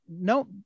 No